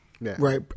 Right